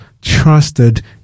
trusted